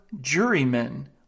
jurymen